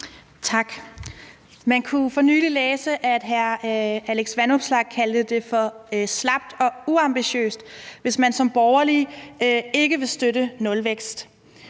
Tak. Man kunne for nylig læse, at hr. Alex Vanopslagh kaldte det for slapt og uambitiøst, hvis man som borgerlig ikke vil støtte nulvækst.